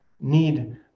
need